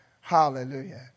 Hallelujah